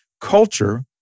culture